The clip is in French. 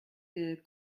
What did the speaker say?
que